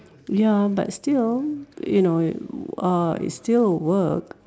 ya but still on you know uh it's still a work